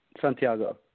Santiago